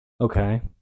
Okay